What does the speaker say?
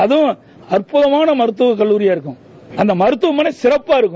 அதுவும் அற்புதமான மருத்துவக் கல்லூரிகளாக இருக்கும் அந்த மருத்துவமனையும் சிறப்பானதாக இருக்கும்